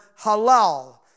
halal